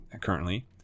currently